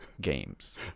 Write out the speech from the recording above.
games